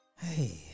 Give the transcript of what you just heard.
Hey